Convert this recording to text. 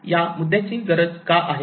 या मुद्द्याची गरज का आहे